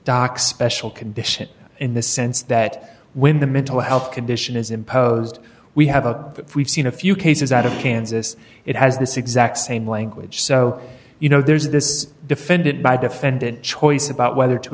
docs special condition in the sense that when the mental health condition is imposed we have a we've seen a few cases out of kansas it has this exact same language so you know there's this defendant by defendant choice about whether to